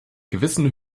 gewissen